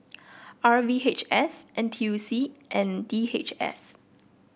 R V H S N T U C and D H S